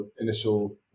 initial